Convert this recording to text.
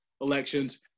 elections